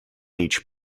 each